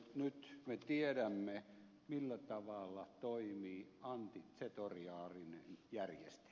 nyt me tiedämme millä tavalla toimii antizetoriaalinen järjestelmä